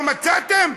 לא מצאתם?